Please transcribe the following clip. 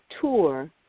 tour